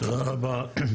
תודה רבה תומר.